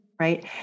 Right